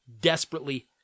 desperately